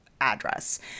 address